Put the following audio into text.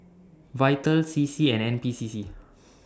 Vital C C and N P C C